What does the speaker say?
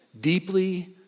deeply